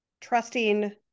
trusting